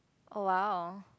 oh !wow!